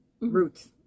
roots